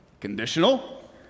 Conditional